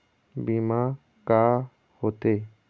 बीमा का होते?